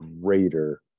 greater